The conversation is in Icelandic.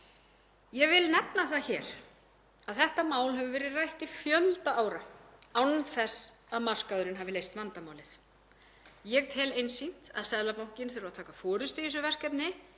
Ég vil nefna það hér að þetta mál hefur verið rætt í fjölda ára án þess að markaðurinn hafi leyst vandamálið. Ég tel einsýnt að Seðlabankinn þurfi að taka forystu í þessu verkefni,